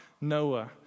Noah